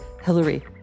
Hillary